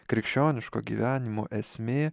krikščioniško gyvenimo esmė